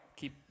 Keep